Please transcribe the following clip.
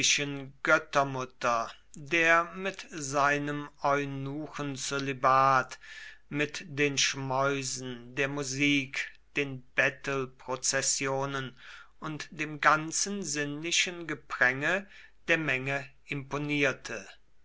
göttermutter der mit seinem eunuchenzölibat mit den schmäusen der musik den bettelprozessionen und dem ganzen sinnlichen gepränge der menge imponierte